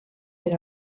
per